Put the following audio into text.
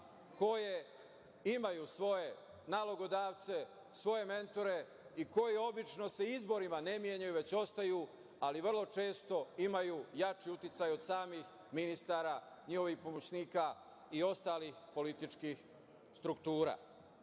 koje imaju svoje nalogodavce, svoje mentore i koje obično se izborima ne menjaju već ostaju, ali vrlo često imaju jači uticaj od samih ministara, njihovih pomoćnika i ostalih političkih struktura. Zato